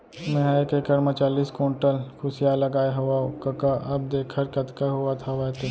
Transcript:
मेंहा एक एकड़ म चालीस कोंटल कुसियार लगाए हवव कका अब देखर कतका होवत हवय ते